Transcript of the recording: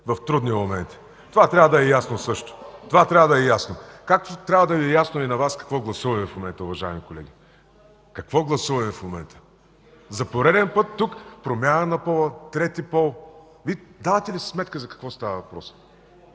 в трудни моменти. Това трябва да е ясно също. Това трябва да е ясно! Както трябва да Ви е ясно и на Вас какво гласуваме в момента, уважаеми колеги. Какво гласуваме в момента? За пореден път тук промяна на пол, трети пол. Давате ли си сметка за какво става въпрос?